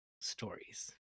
stories